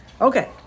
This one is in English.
Okay